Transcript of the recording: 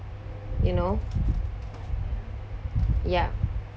you know yup